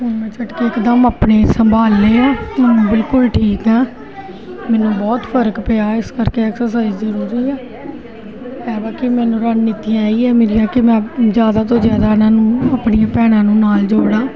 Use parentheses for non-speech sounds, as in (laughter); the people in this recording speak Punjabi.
(unintelligible) ਮੈਂ ਇਕਦਮ ਆਪਣੇ ਸੰਭਾਲ ਲਏ ਆ ਹੁਣ ਬਿਲਕੁਲ ਠੀਕ ਆ ਮੈਨੂੰ ਬਹੁਤ ਫਰਕ ਪਿਆ ਇਸ ਕਰਕੇ ਐਕਸਰਸਾਈਜ ਜ਼ਰੂਰੀ ਹੈ ਬਾਕੀ ਮੈਨੂੰ ਰਣਨੀਤੀ ਆਹੀ ਆ ਮੇਰੀਆਂ ਕਿ ਮੈਂ ਜ਼ਿਆਦਾ ਤੋਂ ਜ਼ਿਆਦਾ ਉਹਨਾਂ ਨੂੰ ਆਪਣੀਆਂ ਭੈਣਾਂ ਨੂੰ ਨਾਲ ਜੋੜ ਲਾਂ